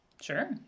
sure